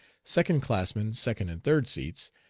second-classmen second and third seats,